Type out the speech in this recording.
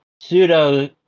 pseudo